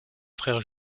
frère